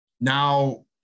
Now